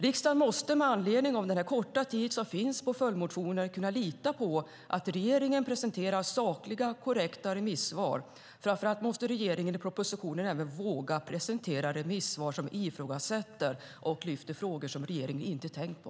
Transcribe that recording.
Riksdagen måste med anledning av den korta tid som finns för följdmotioner kunna lita på att regeringen presenterar sakliga och korrekta remissvar. Framför allt måste regeringen i propositionen även våga presentera remissvar som ifrågasätter och lyfter frågor som regeringen inte har tänkt på.